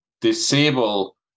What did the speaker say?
disable